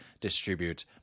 distribute